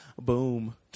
Boom